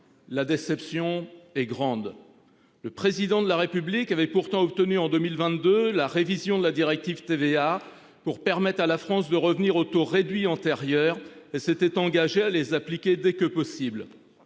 La déception est grande. Le président de la République avait pourtant obtenu en 2022 la révision de la directive TVA pour permettre à la France de revenir au taux réduit antérieures et s'était engagé à les appliquer dès que possible.